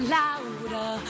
louder